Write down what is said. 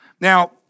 Now